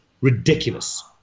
ridiculous